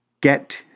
get